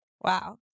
Wow